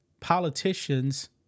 politicians